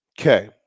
Okay